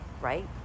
right